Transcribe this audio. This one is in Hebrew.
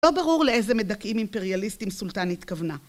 לא ברור לאיזה מדכאים אימפריאליסטים סולטן התכוונה.